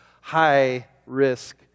high-risk